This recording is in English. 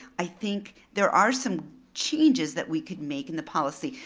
i think there are some changes that we could make in the policy,